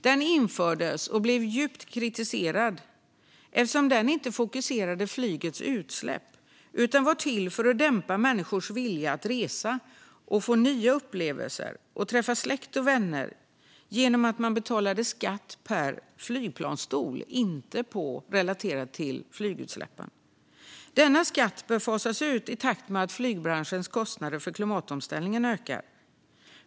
Den infördes och blev starkt kritiserad eftersom den inte fokuserade på flygets utsläpp utan var till för att dämpa människors vilja att resa och få nya upplevelser och träffa släkt och vänner genom att skatten betalades per flygplansstol och inte relaterat till utsläppen. Denna skatt bör fasas ut i takt med att flygbranschens kostnader för klimatomställningen ökar.